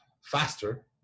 faster